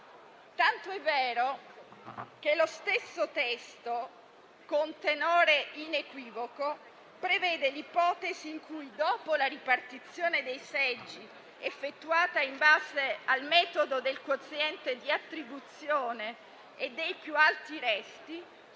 tanto è vero che lo stesso testo, con tenore inequivoco, prevede l'ipotesi in cui, dopo la ripartizione dei seggi effettuata in base al metodo del quoziente di attribuzione e dei più alti resti,